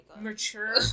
mature